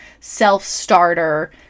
self-starter